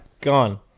gone